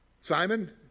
Simon